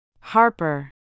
Harper